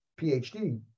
PhD